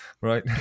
right